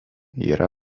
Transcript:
yra